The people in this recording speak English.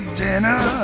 dinner